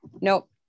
nope